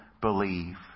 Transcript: believe